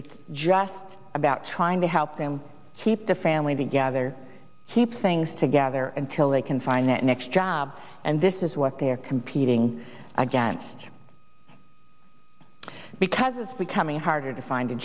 it's just about trying to help them keep the family together keep things together until they can find that next job and this is what they're competing against because it's becoming harder to find a